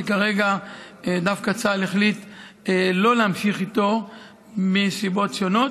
וכרגע צה"ל דווקא החליט שלא להמשיך אותו מסיבות שונות.